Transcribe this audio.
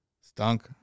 Stunk